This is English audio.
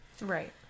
Right